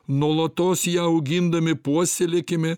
nuolatos ją augindami puoselėkime